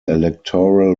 electoral